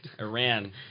Iran